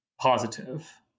positive